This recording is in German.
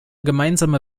gemeinsame